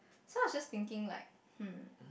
so I was just thinking like hmm